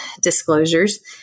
disclosures